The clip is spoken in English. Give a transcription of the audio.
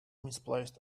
misplaced